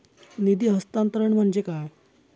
निधी हस्तांतरण म्हणजे काय?